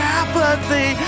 apathy